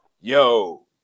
yo